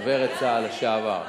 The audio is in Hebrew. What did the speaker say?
דוברת צה"ל לשעבר.